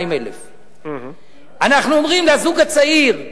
ואנחנו אומרים לזוג הצעיר: